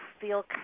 feel